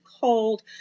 cold